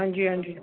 ਹਾਂਜੀ ਹਾਂਜੀ